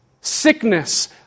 sickness